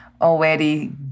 already